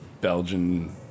Belgian